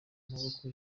maboko